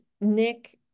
Nick